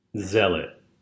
zealot